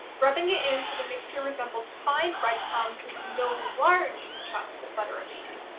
rubbing it in until the mixture resembles fine breadcrumbs with no large chunks of butter remaining.